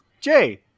Jay